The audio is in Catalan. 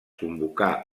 convocà